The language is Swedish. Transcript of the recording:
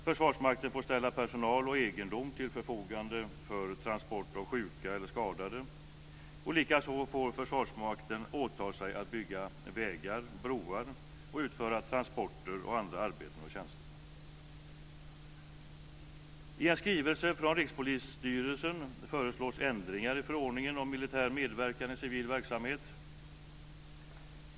Försvarsmakten får ställa personal och egendom till förfogande för transport av sjuka eller skadade. Likaså får Försvarsmakten åta sig att bygga vägar och broar, utföra transporter samt andra arbeten och tjänster. I en skrivelse från Rikspolisstyrelsen föreslås ändringar i förordningen om militär medverkan i civil verksamhet.